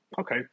okay